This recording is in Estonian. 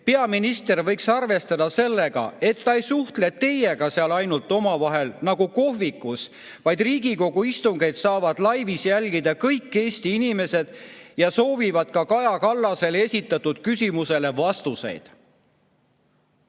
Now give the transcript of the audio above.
"Peaminister võiks arvestada sellega, et ta ei suhtle teiega seal ainult omavahel nagu kohvikus, vaid Riigikogu istungeid saavadlive'is jälgida kõik Eesti inimesed ja soovivad ka Kaja Kallasele esitatud küsimusele vastuseid."